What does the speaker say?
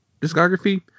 discography